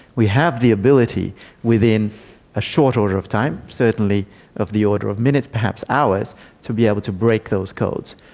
we have the ability within a short order of time, certainly of the order of minutes, perhaps hours to be able to break those codes.